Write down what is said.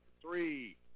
three